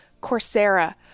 Coursera